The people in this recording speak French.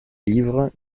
livres